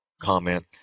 comment